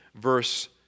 verse